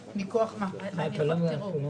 להסביר.